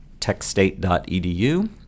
techstate.edu